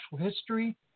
History